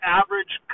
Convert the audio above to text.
average